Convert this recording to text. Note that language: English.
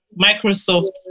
Microsoft